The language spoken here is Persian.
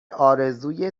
آرزوی